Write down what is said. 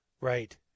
Right